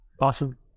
Awesome